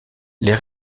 les